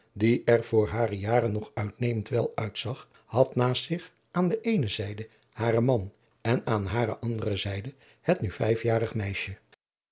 die er voor hare jaren nog uitnemend wel uitzag had naast zich aan de eene zijde haren man en aan hare andere zijde het nu vijfjarige meisje